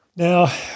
Now